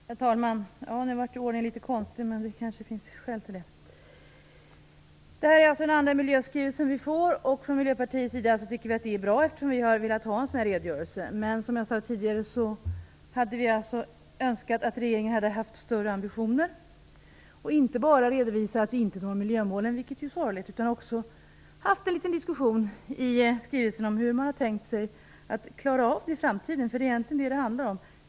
Herr talman! Nu blev talarordningen litet konstig, men det kanske fanns skäl till det. Detta är den andra miljöskrivelse vi får. Från Miljöpartiets sida tycker vi att det är bra, eftersom vi har velat ha en sådan redogörelse. Men som jag tidigare sade hade vi önskat att regeringen hade haft större ambitioner och inte bara redovisat att vi i Sverige inte når miljömålen, vilket är sorgligt, utan också haft en liten diskussion i skrivelsen om hur man har tänkt sig att klara av det i framtiden, för det är egentligen det som det handlar om.